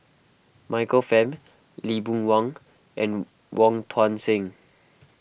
Michael Fam Lee Boon Wang and Wong Tuang Seng